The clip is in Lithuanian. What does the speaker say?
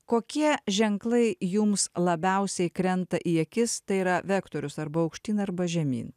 kokie ženklai jums labiausiai krenta į akis tai yra vektorius arba aukštyn arba žemyn